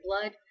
blood